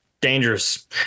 dangerous